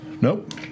Nope